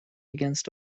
against